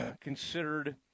considered